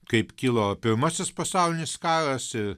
kaip kilo pirmasis pasaulinis karas ir